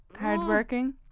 Hardworking